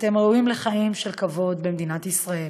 אתם ראויים לחיים של כבוד במדינת ישראל.